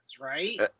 right